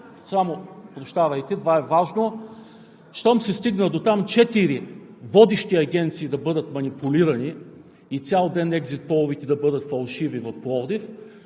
– прощавайте, това е важно, щом се стигна дотам четири водещи агенции да бъдат манипулирани и цял ден екзитполовете да бъдат фалшиви в Пловдив,